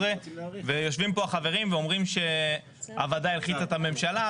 ויושבים פה החברים ואומרים שהוועדה הלחיצה את הממשלה.